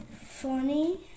Funny